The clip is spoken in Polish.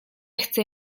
chce